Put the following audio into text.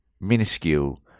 minuscule